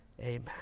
Amen